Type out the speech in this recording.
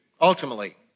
ultimately